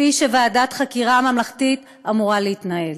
כפי שוועדת חקירה ממלכתית אמורה להתנהל.